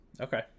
Okay